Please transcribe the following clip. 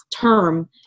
term